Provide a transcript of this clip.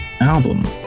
album